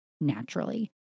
naturally